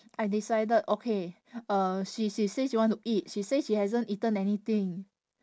I decided okay uh she she say she want to eat she say she hasn't eaten anything